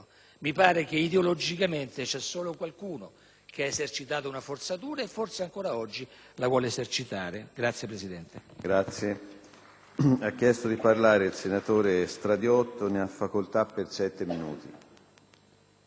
Mi pare che ideologicamente c'è solo qualcuno che ha esercitato una forzatura e, forse, ancora oggi la vuole esercitare. *(Applausi